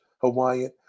Hawaiian